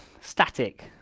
static